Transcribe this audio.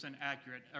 accurate